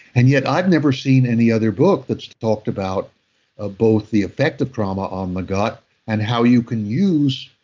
and yet, i've never seen any other book that's talked about ah both the effect of trauma on the gut and how you can use,